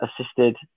assisted